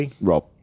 Rob